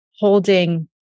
holding